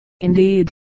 Indeed